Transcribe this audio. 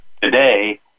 Today